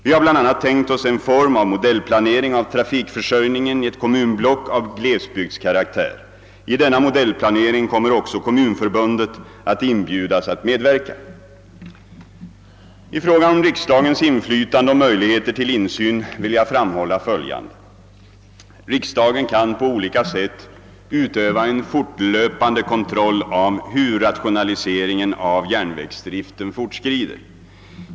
Vi har bl.a. tänkt oss en form av modellplanering av trafikförsörjningen i ett kommunblock av glesbygdskaraktär. I denna modellplanering kommer också Kommunförbundet att inbjudas att medverka. I fråga om riksdagens inflytande och möjligheter till insyn vill jag framhålla följande. Riksdagen kan på olika sätt utöva en fortlöpande kontroll av hur rationaliseringen av järnvägsdriften fortskrider.